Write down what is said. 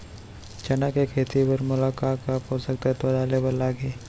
चना के खेती बर मोला का का पोसक तत्व डाले बर लागही?